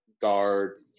guard